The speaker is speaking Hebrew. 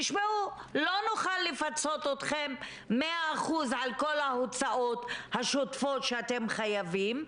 תשמעו לא נוכל לפצות אתכם מאה אחוז על כל ההוצאות השוטפות שאתם חייבים,